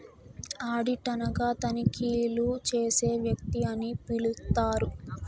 audit అనగా తనిఖీలు చేసే వ్యక్తి అని పిలుత్తారు